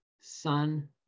son